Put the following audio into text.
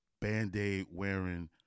band-aid-wearing